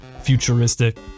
futuristic